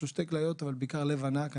יש לו שתי כליות אבל בעיקר לב ענק.